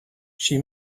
she